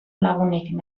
lagunik